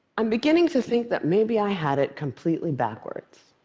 i'm beginning to think that maybe i had it completely backwards.